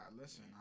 listen